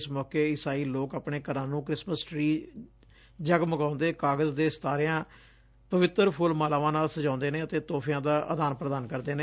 ਇਸ ਮੌਕੇ ਈਸਾਈ ਲੋਕ ਆਪਣੇ ਘਰਾਂ ਨੂੰ ਕ੍ਰਿਸਮਿਸ ਟ੍ਟੀ ਜਗਮਗਾਉਂਦੇ ਕਾਗਜ਼ ਦੇ ਸਿਤਾਰਿਆਂ ਪਵਿੱਤਰ ਫੁੱਲਮਾਲਾਵਾਂ ਨਾਲ ਸਜਾਉਂਦੇ ਨੇ ਅਤੇ ਤੋਹਫਿਆਂ ਦਾ ਆਦਾਨ ਪ੍ਰਦਾਨ ਕਰਦੇ ਨੇ